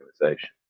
organization